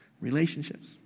Relationships